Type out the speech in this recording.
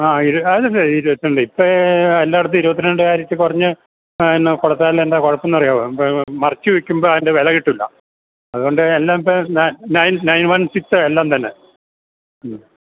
ആ അതല്ല ഇരുപത്തിരണ്ട് ഇപ്പോള് എല്ലായിടത്തും ഇരുപത്തിരണ്ട് ക്യാരറ്റിൽ കുറഞ്ഞ് എന്നാ കൊടുത്താൽ എന്താ കുഴപ്പം എന്ന് അറിയാമോ മറിച്ചു വില്ക്കുമ്പോള് അതിൻ്റെ വില കിട്ടില്ല അതുകൊണ്ട് എല്ലാം ഇപ്പോള് നയൺ നയൺ ഒൺ സിക്സ് എല്ലാം തന്നെ മ്മ്